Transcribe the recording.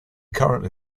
currently